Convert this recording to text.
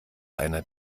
einer